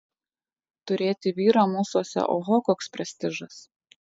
turėti vyrą mūsuose oho koks prestižas